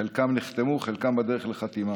חלקם נחתמו וחלקם בדרך לחתימה,